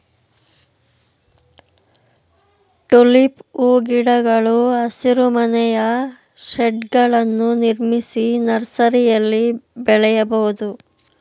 tulip ಹೂಗಿಡಗಳು ಹಸಿರುಮನೆಯ ಶೇಡ್ಗಳನ್ನು ನಿರ್ಮಿಸಿ ನರ್ಸರಿಯಲ್ಲಿ ಬೆಳೆಯಬೋದು